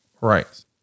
Right